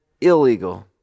illegal